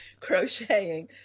crocheting